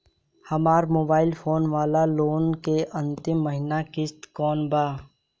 हमार mobile phone वाला loan के अंतिम महिना किश्त कौन बा?